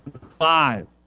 five